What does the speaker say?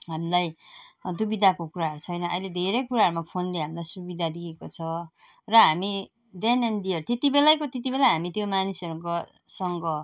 हामीलाई दुविधाको कुराहरू छैन अहिले धेरै कुराहरूमा फोनले हामीलाई सुविधा दिएको छ र हामी देन एन्ड दियर त्यति बेलाको त्यति बेला हामी त्यो मानिसहरूको सँग